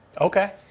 Okay